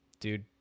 Dude